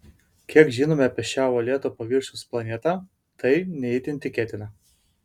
kiek žinome apie šią uolėto paviršiaus planetą tai ne itin tikėtina